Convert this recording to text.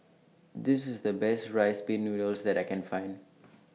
This IS The Best Rice Pin Noodles that I Can Find